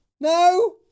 No